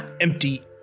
empty